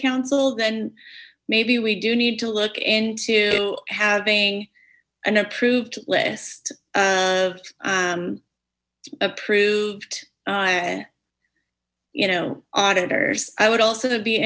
council then maybe we do need to look into having an approved list of approved by you know auditors i would also be